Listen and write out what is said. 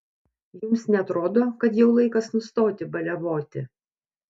jums neatrodo kad jau laikas nustoti baliavoti